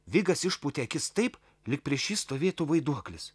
vigas išpūtė akis taip lyg prieš jį stovėtų vaiduoklis